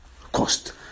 cost